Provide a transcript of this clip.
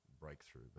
breakthrough